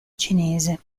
cinese